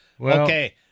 Okay